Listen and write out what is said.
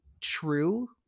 true